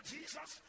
Jesus